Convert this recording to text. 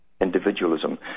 Individualism